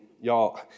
y'all